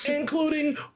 Including